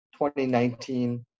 2019